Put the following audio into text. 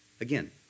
again